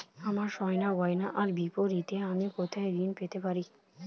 আমার সোনার গয়নার বিপরীতে আমি কোথায় ঋণ পেতে পারি?